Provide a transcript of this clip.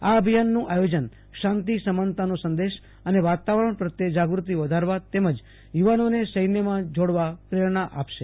આ અભિયાનનું આયોજન શાંતિ સમાનતાનો સંદેશ અને વાતાવરણ પ્રત્યે જાગૃતિ વધારવા અને યુવાનોને સૈન્યમાં જોડવા પ્રેરણા આપશે